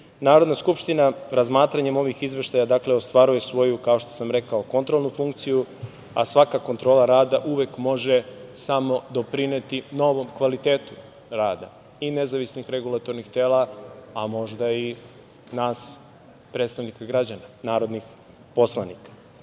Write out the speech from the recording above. Narodna skupština razmatranjem ovih izveštaja ostvaruje svoju, kao što sam rekao, kao kontrolnu funkciju, a svaka kontrola rada uvek može samo doprineti novom kvalitetu rada i nezavisnih regulatornih tela, a možda i nas predstavnika građana, narodnih poslanika. Ja